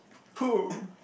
who